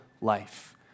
life